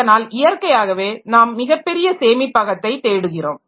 அதனால் இயற்கையாகவே நாம் மிகப்பெரிய சேமிப்பகத்தை தேடுகிறோம்